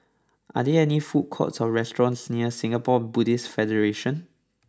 are there food courts or restaurants near Singapore Buddhist Federation